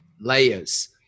layers